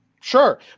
Sure